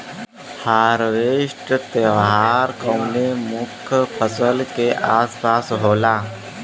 harvest त्यौहार कउनो एक मुख्य फसल के आस पास होला